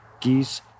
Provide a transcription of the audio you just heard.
geese